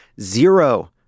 zero